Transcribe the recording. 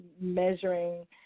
measuring